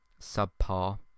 subpar